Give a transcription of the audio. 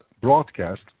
broadcast